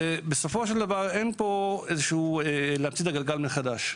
ובסופו של דבר, אין פה להמציא את הגלגל מחדש.